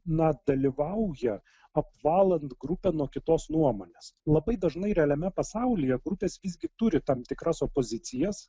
na dalyvauja apvalant grupę nuo kitos nuomonės labai dažnai realiame pasaulyje grupės visgi turi tam tikras opozicijas